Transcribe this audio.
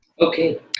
okay